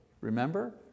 Remember